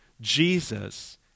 Jesus